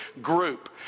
group